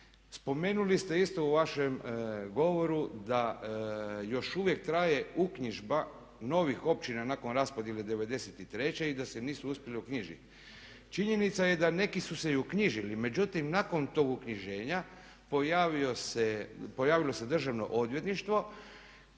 Spomenuli ste isto u vašem govoru da još uvijek traje uknjižba novih općina nakon raspodjele '93. i da se nisu uspjeli uknjižiti. Činjenica je da neki su se i uknjižili, međutim nakon tog uknjiženja pojavilo se Državno odvjetništvo